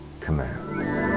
commands